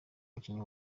umukinnyi